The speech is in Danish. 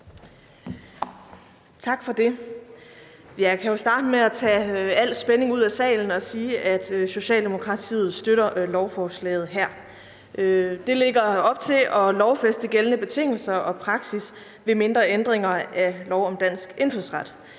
Tak for det. Jeg kan jo starte med at tage al spænding ud af salen og sige, at Socialdemokratiet støtter lovforslaget her. Det lægger op til at lovfæste gældende betingelser og praksis ved mindre ændringer af lov om dansk indfødsret,